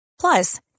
Plus